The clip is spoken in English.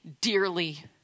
dearly